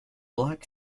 black